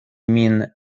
min